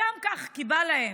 סתם כך כי בא להם,